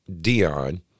Dion